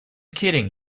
kidding